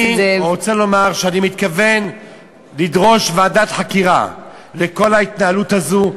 אני רוצה לומר שאני מתכוון לדרוש ועדת חקירה לכל ההתנהלות הזו,